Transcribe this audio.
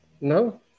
No